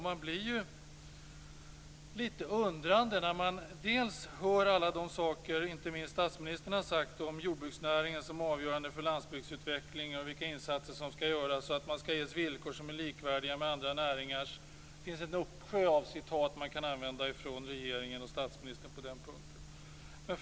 Man blir lite undrande när man hör allt det som inte minst statsministern har sagt om jordbruksnäringen som avgörande för landsbygdsutvecklingen, vilka insatser som skall göras och att det skall ges villkor som är likvärdiga med andra näringars. Det finns en uppsjö av citat som kan användas när det gäller vad regeringen och statsministern sagt på den punkten.